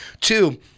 Two